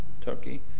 Turkey